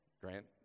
Grant